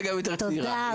תודה.